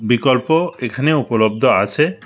বিকল্প এখানেও উপলব্ধ আছে